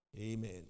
Amen